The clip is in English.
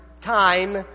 time